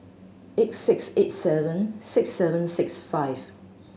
eight six eight seven six seven six five